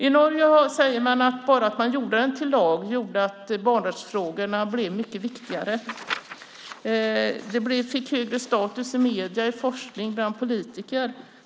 I Norge säger man att bara att man gjorde den till lag medförde att barnsrättsfrågorna blev mycket viktigare. De fick högre status i medierna, i forskning och bland politiker.